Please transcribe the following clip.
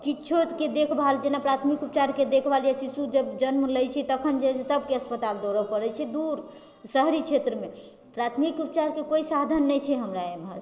किछुके देखभाल जेना प्राथमिक उपचारके देखभाल जे शिशु जब जन्म लेइत छै तखन जे छै सभके अस्पताल दौड़ै पड़ैत छै दूर शहरी क्षेत्रमे प्राथमिक उपचारके कोइ साधन नहि छै हमरा एम्हर